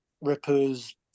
Rippers